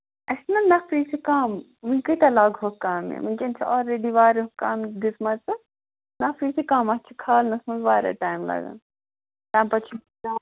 اَسہِ نا نَفری چھِ کَم وۅنۍ کٲتیٛاہ لاگہوکھ کامہِ وُنکٮ۪ن چھُ آلریڈی واریاہ کامہِ دِژمَژٕ نَفری چھِ کَم اَتھ چھِ کھالنَس منٛز واریاہ ٹایم لَگان تَمہِ پَتہٕ چھُ